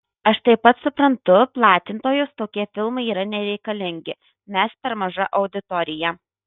aš taip pat suprantu platintojus tokie filmai yra nereikalingi mes per maža auditorija